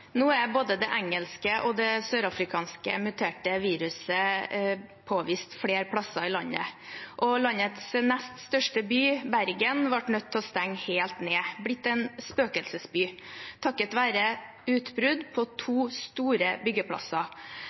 Nå er både det engelske og det sørafrikanske muterte viruset påvist flere plasser i landet. Landets nest største by, Bergen, ble nødt til å stenge helt ned. Det er blitt en spøkelsesby takket være utbrudd på to store byggeplasser.